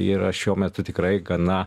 yra šiuo metu tikrai gana